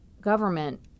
government